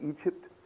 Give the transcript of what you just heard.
Egypt